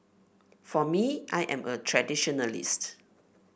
for me I am a traditionalist